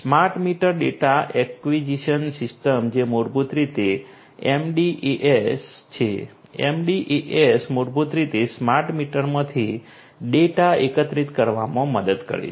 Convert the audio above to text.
smart meter data acquisition system જે મૂળભૂત રીતે MDAS છે MDAS મૂળભૂત રીતે સ્માર્ટ મીટરમાંથી ડેટા એકત્ર કરવામાં મદદ કરે છે